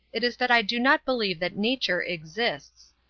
it is that i do not believe that nature exists.